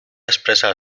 expresar